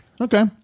Okay